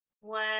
one